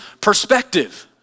perspective